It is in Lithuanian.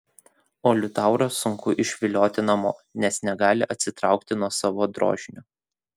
o liutaurą sunku išvilioti namo nes negali atsitraukti nuo savo drožinio